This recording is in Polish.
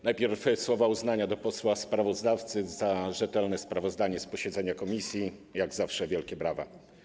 Najpierw słowa uznania do posła sprawozdawcy za rzetelne sprawozdanie z posiedzenia komisji, jak zawsze wielkie brawa.